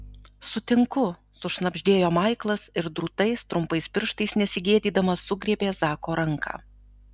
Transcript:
sutinku sušnabždėjo maiklas ir drūtais trumpais pirštais nesigėdydamas sugriebė zako ranką